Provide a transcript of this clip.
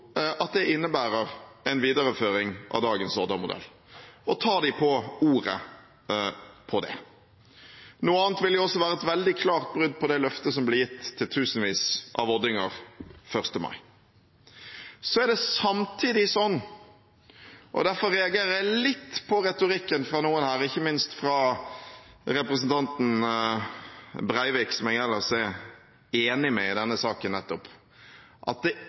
at det innebærer en videreføring av dagens Odda-modell, og tar dem på ordet på det. Noe annet ville også vært et veldig klart brudd på det løftet som ble gitt til tusenvis av oddinger 1. mai. Det er samtidig sånn – og derfor reagerer jeg litt på retorikken fra noen her, ikke minst fra representanten Breivik, som jeg ellers er enig med i denne saken – at det